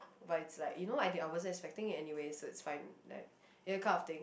but it's like you know I did~ I wasn't expecting it anyway so it's fine like you know that kind of thing